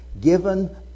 given